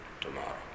tomorrow